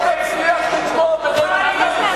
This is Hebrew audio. לא תצליח, מה היית עושה,